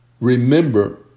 Remember